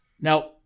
Now